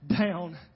down